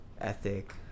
ethic